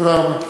תודה רבה.